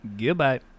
Goodbye